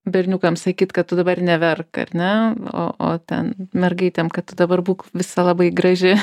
berniukam sakyt kad tu dabar neverk ar ne o o ten mergaitėm kad tu dabar būk visa labai graži